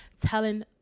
telling